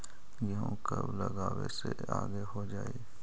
गेहूं कब लगावे से आगे हो जाई?